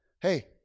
Hey